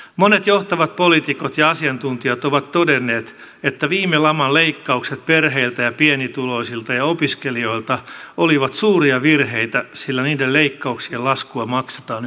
monet johtavat poliitikot ja asiantuntijat ovat todenneet että viime laman leikkaukset perheiltä ja pienituloisilta ja opiskelijoilta olivat suuria virheitä sillä niiden leikkauksien laskua maksetaan yhä edelleen